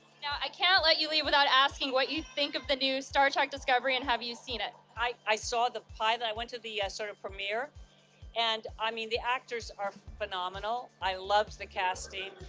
now i can't let you leave without asking what you think of the new star trek discovery and have you seen it? i i saw the pilot. i went to the sort of premiere and i mean the actors are phenomenal. i loved the cast.